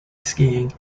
skiing